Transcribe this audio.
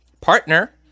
partner